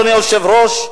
אדוני היושב-ראש,